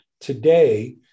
today